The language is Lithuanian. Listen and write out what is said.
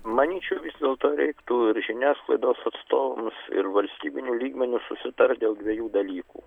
manyčiau vis dėlto reiktų ir žiniasklaidos atstovus ir valstybiniu lygmeniu susitart dėl dviejų dalykų